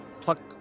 pluck